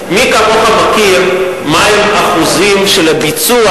מי כמוך מכיר מהם האחוזים של הביצוע